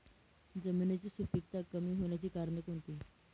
जमिनीची सुपिकता कमी होण्याची कारणे कोणती?